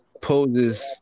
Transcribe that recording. poses –